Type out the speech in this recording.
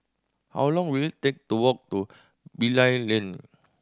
how long will it take to walk to Bilal Lane